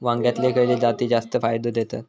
वांग्यातले खयले जाती जास्त फायदो देतत?